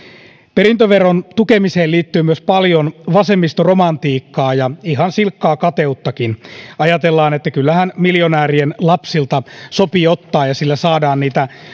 perintöveron tukemiseen liittyy myös paljon vasemmistoromantiikkaa ja ihan silkkaa kateuttakin ajatellaan että kyllähän miljonäärien lapsilta sopii ottaa ja sillä saadaan niitä